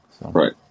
Right